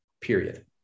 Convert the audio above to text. period